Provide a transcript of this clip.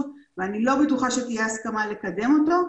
ואני לא בטוחה שתהיה הסכמה לקדם אותו.